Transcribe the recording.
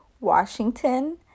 Washington